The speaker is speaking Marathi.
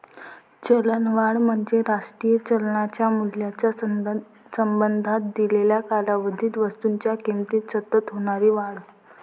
चलनवाढ म्हणजे राष्ट्रीय चलनाच्या मूल्याच्या संबंधात दिलेल्या कालावधीत वस्तूंच्या किमतीत सतत होणारी वाढ